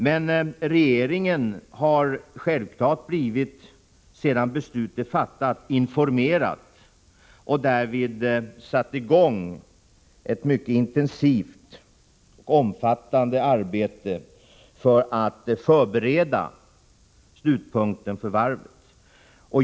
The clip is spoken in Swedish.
Men sedan beslut har fattats har regeringen självfallet blivit informerad och därvid satt i gång ett mycket intensivt och omfattande arbete för att förbereda slutpunkten för varvet.